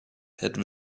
had